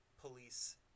police